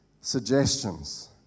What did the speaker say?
suggestions